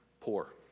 poor